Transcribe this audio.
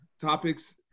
topics